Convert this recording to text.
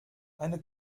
eine